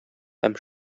һәм